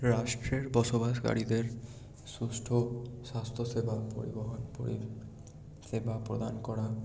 রাষ্ট্রের বসবাসকারীদের সুষ্ঠু স্বাস্থ্যসেবা পরিবহণ পরিষেবা প্রদান করা